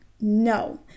no